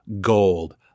gold